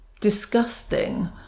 Disgusting